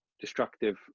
destructive